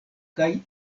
kaj